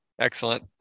Excellent